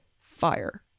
fire